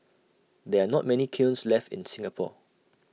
there are not many kilns left in Singapore